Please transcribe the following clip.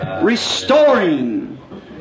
Restoring